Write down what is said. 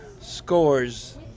scores